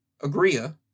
Agria